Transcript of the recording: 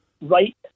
right